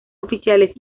oficiales